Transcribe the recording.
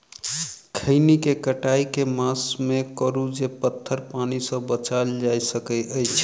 खैनी केँ कटाई केँ मास मे करू जे पथर पानि सँ बचाएल जा सकय अछि?